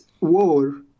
war